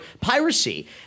piracy